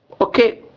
Okay